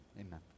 amen